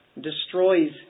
destroys